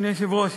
אדוני היושב-ראש,